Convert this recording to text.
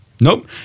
Nope